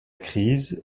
crise